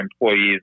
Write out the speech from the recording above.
employees